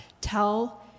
Tell